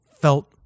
felt